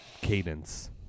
cadence